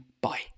Bye